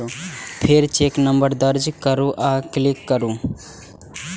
फेर cheque number दर्ज करू आ क्लिक करू